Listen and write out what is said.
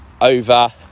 over